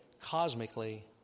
cosmically